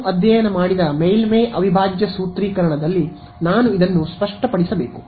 ನಾವು ಅಧ್ಯಯನ ಮಾಡಿದ ಮೇಲ್ಮೈ ಅವಿಭಾಜ್ಯ ಸೂತ್ರೀಕರಣದಲ್ಲಿ ನಾನು ಇದನ್ನು ಸ್ಪಷ್ಟಪಡಿಸಬೇಕು